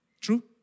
True